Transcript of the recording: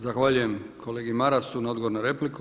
Zahvaljujem kolegi Marasu na odgovoru na repliku.